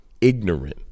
ignorant